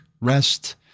rest